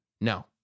No